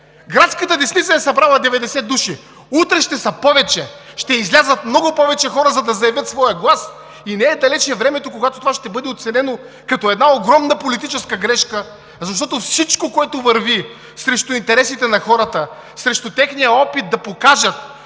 Градската десница е събрала 90 души. Утре ще са повече! Ще излязат много повече хора, за да заявят своя глас. Не е далече времето, когато това ще бъде оценено като една огромна политическа грешка, защото всичко, което върви срещу интересите на хората, срещу техния опит да покажат,